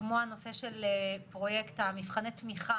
כמו הנושא של פרויקט מבחני התמיכה